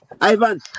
ivan